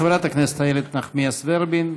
חברת הכנסת איילת נחמיאס ורבין,